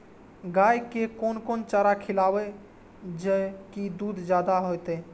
गाय के कोन कोन चारा खिलाबे जा की दूध जादे होते?